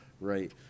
Right